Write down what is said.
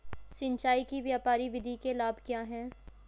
सिंचाई की क्यारी विधि के लाभ क्या हैं?